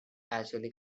actually